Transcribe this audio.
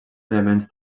elements